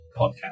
podcast